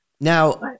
Now